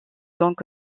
donc